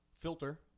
Filter